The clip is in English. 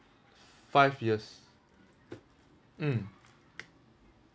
five years mm